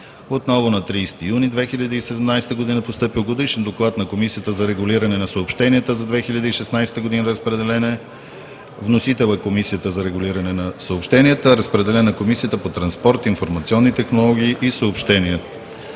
Отново на 30 юни 2017 г. е постъпил Годишен доклад на Комисията за регулиране на съобщенията за 2016 г. Вносител – Комисията за регулиране на съобщенията. Разпределен е на Комисията по транспорт, информационни технологии и съобщения.